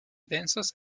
densos